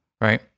right